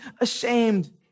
ashamed